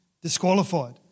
disqualified